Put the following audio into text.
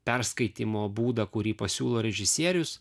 perskaitymo būdą kurį pasiūlo režisierius